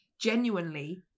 Genuinely